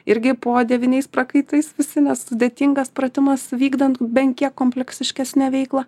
irgi po devyniais prakaitais visi nes sudėtingas pratimas vykdant bent kiek kompleksiškesnę veiklą